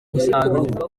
umusaruro